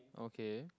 okay